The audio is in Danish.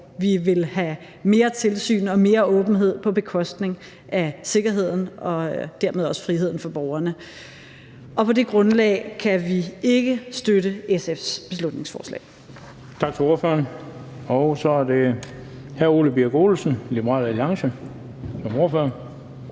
vi vil have mere tilsyn og mere åbenhed på bekostning af sikkerheden og dermed også friheden for borgerne. På det grundlag kan vi ikke støtte SF's beslutningsforslag.